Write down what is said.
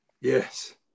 Yes